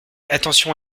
attention